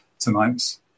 tonight's